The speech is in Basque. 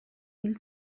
hil